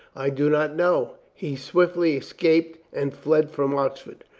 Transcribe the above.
i do not know. he swiftly escaped and fled from oxford,